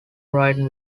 writer